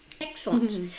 excellent